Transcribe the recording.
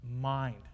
mind